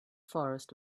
forest